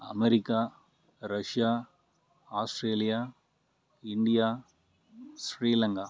America Russia Australia India Sri Lanka